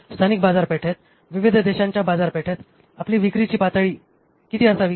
स्थानिक बाजारपेठेत विविध देशांच्या बाजारपेठेत आपली विक्रीची पातळी किती असावी